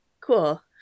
cool